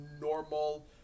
normal